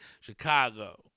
Chicago